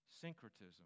syncretism